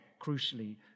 crucially